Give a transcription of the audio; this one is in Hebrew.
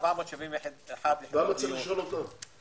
למה צריך לשאול אותם?